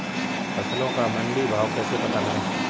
फसलों का मंडी भाव कैसे पता करें?